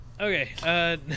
Okay